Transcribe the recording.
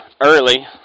early